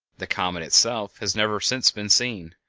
the comet itself has never since been seen.